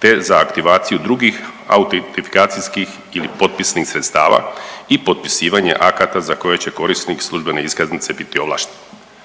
te za aktivaciju drugih autitipkacijskih ili potpisnih sredstava i potpisivanje akata za koje će korisnik službene iskaznice biti ovlašten.